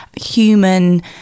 human